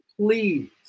Please